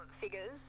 figures